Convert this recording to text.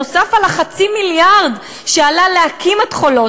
נוסף על חצי המיליארד שעלה להקים את "חולות",